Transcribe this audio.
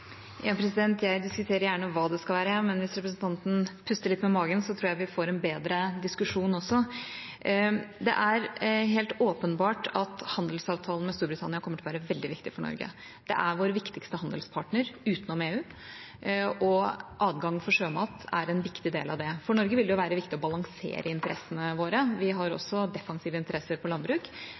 en bedre diskusjon. Det er helt åpenbart at handelsavtalen med Storbritannia kommer til å være veldig viktig for Norge. Det er vår viktigste handelspartner utenom EU, og adgang for sjømat er en viktig del av det. For Norge vil det være viktig å balansere interessene våre. Vi har defensive interesser for landbruk,